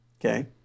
Okay